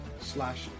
slash